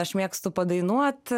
aš mėgstu padainuot